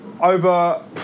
Over